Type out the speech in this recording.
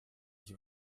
ich